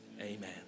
amen